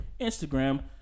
Instagram